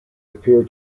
appear